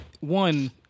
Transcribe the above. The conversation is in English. one